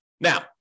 Now